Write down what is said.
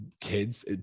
kids